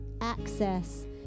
access